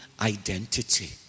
identity